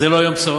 זה לא יום בשורה?